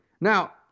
Now